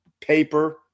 paper